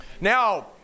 Now